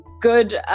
good